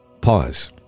Pause